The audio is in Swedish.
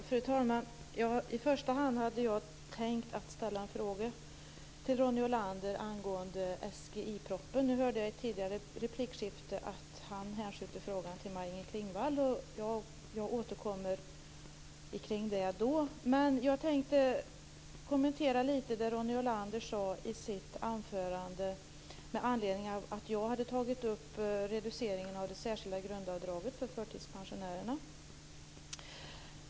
Fru talman! I första hand hade jag tänkt ställa en fråga till Ronny Olander angående SGI-propositionen. Nu hörde jag i ett tidigare replikskifte att han hänskjuter frågan till Maj-Inger Klingvall, och jag återkommer till detta då. Men litet tänkte jag kommentera det Ronny Olander sade i sitt anförande med anledning av att jag hade tagit upp reduceringen av det särskilda grundavdraget för förtidspensionärerna.